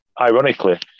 ironically